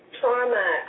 trauma